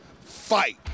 fight